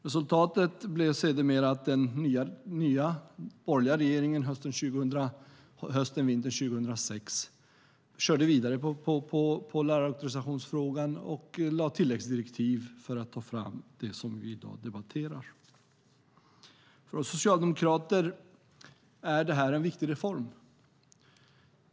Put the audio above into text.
Resultatet blev sedermera att den nya borgerliga regeringen hösten och vintern 2006 körde vidare med lärarauktorisationsfrågan och lade fram tilläggsdirektiv för att ta fram det som vi i dag debatterar. För oss socialdemokrater är detta en viktig reform.